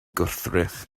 gwrthrych